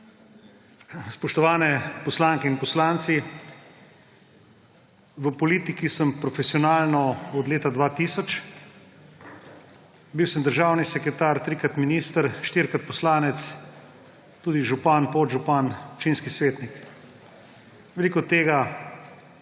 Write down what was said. Spoštovane poslanke in poslanci! V politiki sem profesionalno od leta 2000. Bil sem državni sekretar, trikrat minister, štirikrat poslanec, tudi župan, podžupan, občinski svetnik. Veliko tega